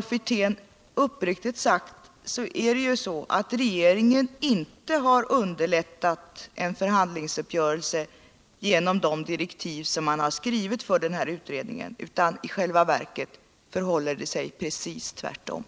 Wirtén, uppriktigt sagt är det ju så att regeringen inte har underlättat en förhandlingsuppgörelse genom de direktiv som man har skrivit för den här utredningen. I själva verket förhåller det sig precis tvärtom.